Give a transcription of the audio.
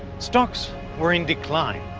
stocks were in decline,